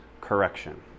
correction